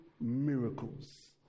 miracles